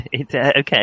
Okay